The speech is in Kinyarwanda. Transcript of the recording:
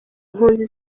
impunzi